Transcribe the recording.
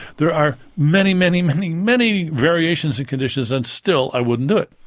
there are many, many, many, many variations in conditions and still i wouldn't do it.